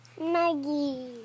Maggie